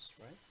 right